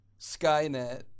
Skynet